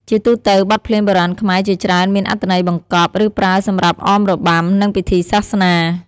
ជាទូទៅ បទភ្លេងបុរាណខ្មែរជាច្រើនមាន អត្ថន័យបង្កប់ ឬប្រើសម្រាប់អមរបាំ និងពិធីសាសនា។